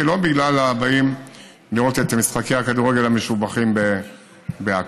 ולא בגלל הבאים לראות את משחקי הכדורגל המשובחים בעכו.